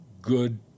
good